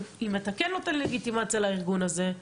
אם אתה כן נותן לגיטימציה לארגון הזה,